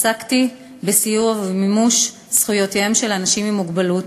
עסקתי בסיוע ובמימוש זכויותיהם של אנשים עם מוגבלות,